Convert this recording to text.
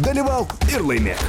dalyvauk ir laimėk